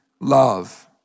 love